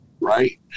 right